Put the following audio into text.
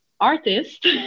artist